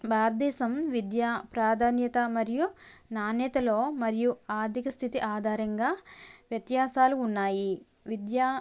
భారతదేశం విద్య ప్రాధాన్యత మరియు నాణ్యతలో మరియు ఆర్ధిక స్థితి ఆధారంగా వ్యత్యాసాలు ఉన్నాయి విద్యా